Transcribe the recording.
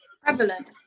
Prevalent